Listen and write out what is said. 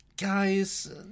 guys